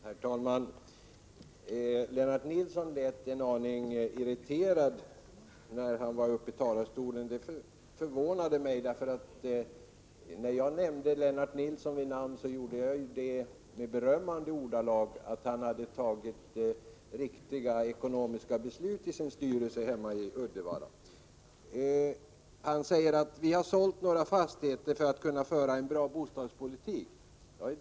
Herr talman! Lennart Nilsson lät en aning irriterad när han var uppe i talarstolen. Det förvånade mig, eftersom jag, då jag nämnde Lennart Nilssons namn, gjorde det i berömmande ordalag för att han hade fattat riktiga ekonomiska beslut i sin styrelse hemma i Uddevalla. Han säger att det kommunala bostadsföretaget i Uddevalla har sålt några fastigheter för att kunna föra en bra bostadspolitik.